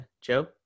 Joe